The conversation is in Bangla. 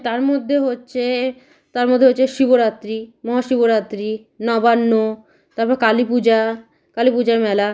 তার মধ্যে হচ্ছে তার মধ্যে হচ্ছে শিবরাত্রি মহাশিবরাত্রি নবান্ন তারপর কালী পূজা কালী পূজার মেলা